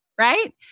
Right